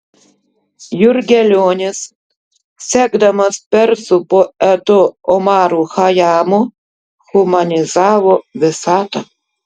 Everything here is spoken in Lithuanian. jurgelionis sekdamas persų poetu omaru chajamu humanizavo visatą